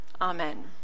Amen